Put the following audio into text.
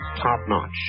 top-notch